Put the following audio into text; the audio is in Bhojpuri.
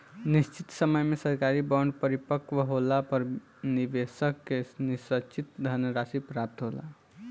निशचित समय में सरकारी बॉन्ड परिपक्व होला पर निबेसक के निसचित धनराशि प्राप्त होला